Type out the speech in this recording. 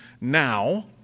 now